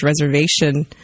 Reservation